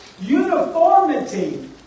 Uniformity